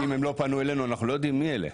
אם הם לא פנו אלינו אנחנו לא יודעים מי אלה,